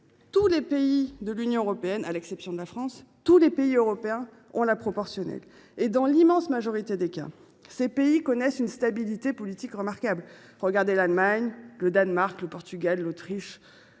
compromis mou. Au contraire ! À l’exception de la France, tous les pays européens recourent à la proportionnelle. Or dans l’immense majorité des cas, ces pays connaissent une stabilité politique remarquable : l’Allemagne, le Danemark, le Portugal, l’Autriche,